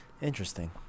interesting